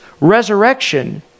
resurrection